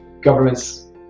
governments